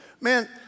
Man